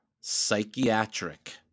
psychiatric